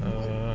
uh